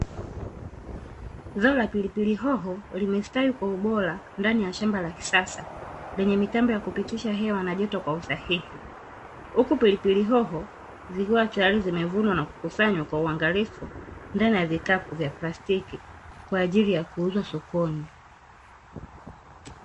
Zao la pilipili hoho limestawi kwa ubora ndani ya shamba la kisasa, lenye mitambo ya kupitisha hewa na joto kwa usahihi. Huku pilipili hoho zikiwa tayari zimevunwa na kukusanywa kwa uangalifu ndani ya vikapu vya plastiki kwa ajili ya kuuzwa sokoni.